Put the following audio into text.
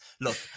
Look